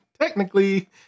technically